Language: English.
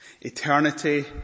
eternity